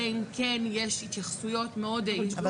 אלא אם כן יש התייחסויות מאוד --- אבל